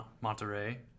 Monterey